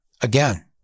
Again